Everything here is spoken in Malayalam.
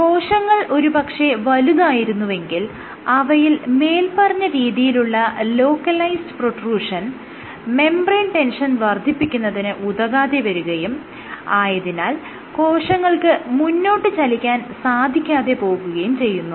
കോശങ്ങൾ ഒരു പക്ഷെ വലുതായിരുന്നുവെങ്കിൽ അവയിൽ മേല്പറഞ്ഞ രീതിയിലുള്ള ലോക്കലൈസ്ഡ് പ്രൊട്രൂഷൻ മെംബ്രേയ്ൻ ടെൻഷൻ വർദ്ധിപ്പിക്കുന്നതിന് ഉതകാതെ വരുകയും ആയതിനാൽ കോശങ്ങൾക്ക് മുന്നോട്ട് ചലിക്കാൻ സാധിക്കാതെ പോവുകയും ചെയ്യുന്നു